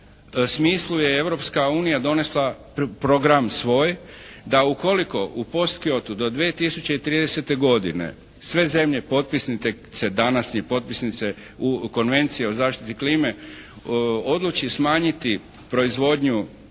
smislu je Europska unija donesla program svoj da ukoliko u «post Kyotu» do 2030. godine sve zemlje potpisnice, današnje potpisnice u Konvenciji o zaštiti klime odluči smanjiti proizvodnju